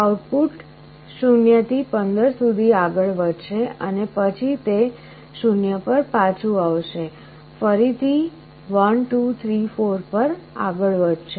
output 0 થી 15 સુધી આગળ વધશે અને પછી તે 0 પર પાછું આવશે ફરીથી 1 2 3 4 પર આગળ વધશે